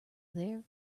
there